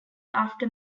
after